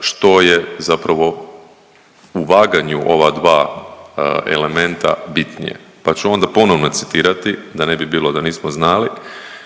što je zapravo u vaganju ova dva elementa bitnije, pa ću onda ponovno citirati da ne bi bilo da nismo znali.